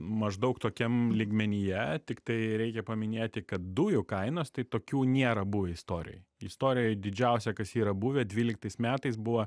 maždaug tokiam lygmenyje tiktai reikia paminėti kad dujų kainos tai tokių nėra buvę istorijoj istorijoj didžiausia kas yra buvę dvyliktais metais buvo